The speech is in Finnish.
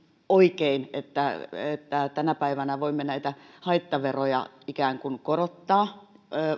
oikein että että tänä päivänä voimme näitä haittaveroja ikään kuin korottaa